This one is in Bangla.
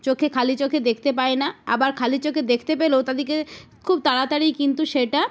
চোখে খালি চোখে দেখতে পাই না আবার খালি চোখে দেখতে পেলেও তাদেরকে খুব তাড়াতাড়ি কিন্তু সেটা